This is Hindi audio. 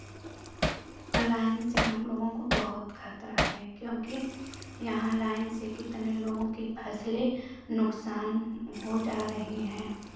लाइन से हम लोगों को बहुत खतरा है क्योंकि यहाँ लाइन से कितने लोगों की फसलें नुकसान हो जा रही हैं